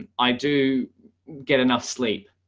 i do get enough sleep.